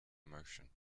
emotion